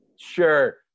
sure